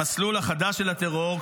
המסלול החדש של הטרור,